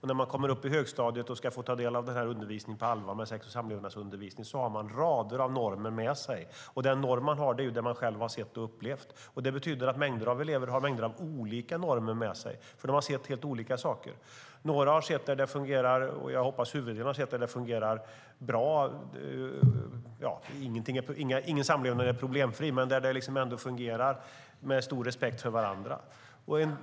När de kommer upp i högstadiet och på allvar ska få ta del av sex och samlevnadsundervisningen har de rader av normer med sig. Den norm de har är vad de själva har sett och upplevt. Det betyder att mängder av elever har mängder av olika normer med sig, eftersom de har sett helt olika saker. Jag hoppas att huvuddelen har sett att det fungerat bra, fastän ingen samlevnad är problemfri, med stor respekt för varandra.